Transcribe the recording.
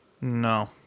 No